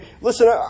Listen